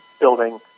building